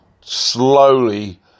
slowly